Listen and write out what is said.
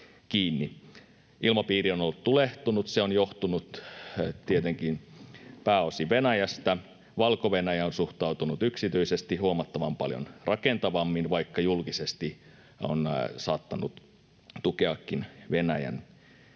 Ilmapiiri on ollut tulehtunut. Se on johtunut tietenkin pääosin Venäjästä. Valko-Venäjä on suhtautunut yksityisesti huomattavan paljon rakentavammin, vaikka julkisesti se on saattanut tukeakin Venäjän linjaa.